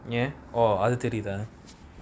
ya oh அது தெரியுதா:athu theriyuthaa